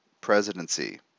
presidency